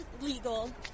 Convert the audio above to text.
legal